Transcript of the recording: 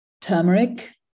Turmeric